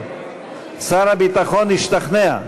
שר הביטחון השתכנע.